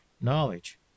knowledge